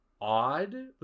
odd